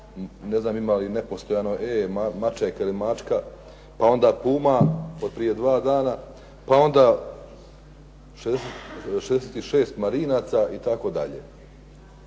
ne znam ima li nepostojano e mače ili mačka, pa onda "Puma" od prije 2 dana, pa onda 66 marinaca itd.